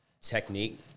technique